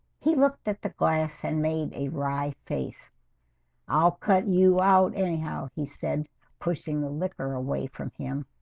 he looked at the glass and made a wry face i'll cut you out anyhow he said pushing the liquor away from him.